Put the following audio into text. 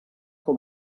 com